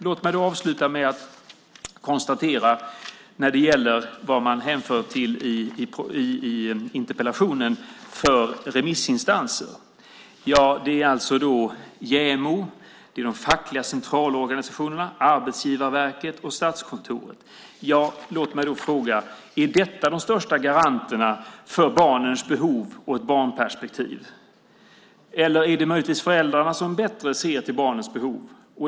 Låt mig avsluta med de remissinstanser som man hänvisar till i interpellationen. Det är JämO, de fackliga centralorganisationerna, Arbetsgivarverket och Statskontoret. Låt mig då fråga: Är detta de största garanterna för barnens behov och ett barnperspektiv? Eller är det möjligtvis föräldrarna som bättre ser till barnens behov?